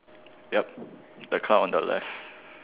yup the car on the left